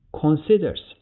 considers